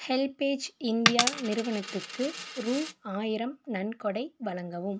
HelpAge India நிறுவனத்துக்கு ரூபா ஆயரம் நன்கொடை வழங்கவும்